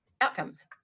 outcomes